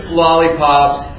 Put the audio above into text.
lollipops